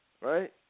right